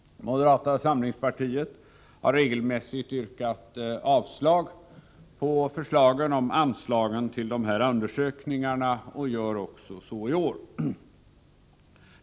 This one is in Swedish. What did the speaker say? Moderaterna har regelmässigt yrkat avslag på förslagen om anslag till dessa undersökningar och gör så också i år.